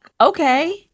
okay